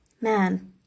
man